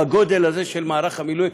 בגודל הזה של מערך המילואים,